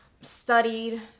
studied